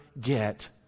get